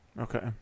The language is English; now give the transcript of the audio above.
Okay